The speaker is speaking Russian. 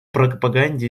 пропаганде